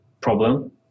problem